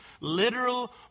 literal